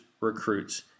recruits